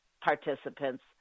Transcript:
participants